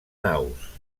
naus